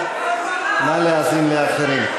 נא להאזין לאחרים.